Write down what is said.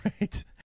right